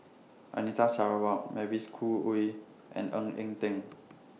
Anita Sarawak Mavis Khoo Oei and Ng Eng Teng